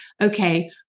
okay